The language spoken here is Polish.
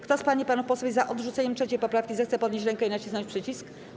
Kto z pań i panów posłów jest za odrzuceniem 3. poprawki, zechce podnieść rękę i nacisnąć przycisk.